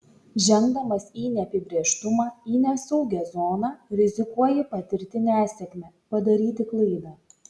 žengdamas į neapibrėžtumą į nesaugią zoną rizikuoji patirti nesėkmę padaryti klaidą